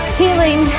healing